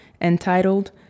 entitled